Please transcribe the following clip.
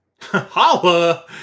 holla